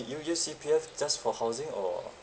you use C_P_F just for housing or